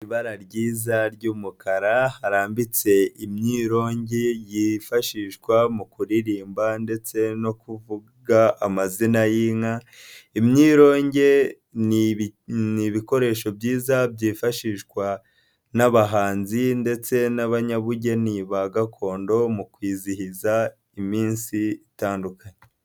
Ibara ryiza ry'umukara harambitse imyirongi yifashishwa mu kuririmba ndetse no kuvuga amazina y'inka, imyironge, ni ibikoresho byiza byifashishwa n'abahanzi ndetse n'abanyabugeni ba gakondo mu kwizihiza iminsi itandukanye.